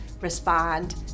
respond